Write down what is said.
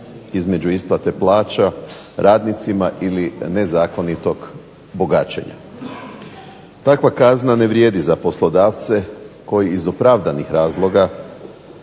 između isplate plaća radnicima ili nezakonitog bogaćenja. Takva kazna ne vrijedi za poslodavce koji iz opravdanih razloga,